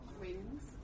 Wings